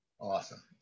Awesome